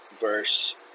verse